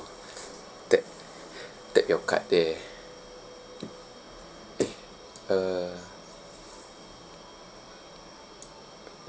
tap tap your card there uh